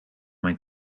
mijn